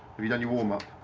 have you done your warm up?